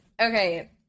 Okay